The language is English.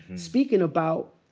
and speaking about